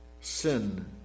Sin